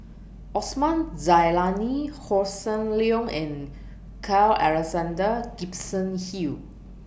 Osman Zailani Hossan Leong and Carl Alexander Gibson Hill